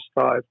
five